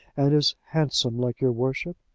and is handsome like your worship?